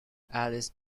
alice